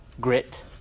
grit